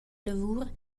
lavur